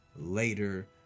later